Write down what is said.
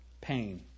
Pain